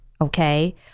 okay